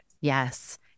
Yes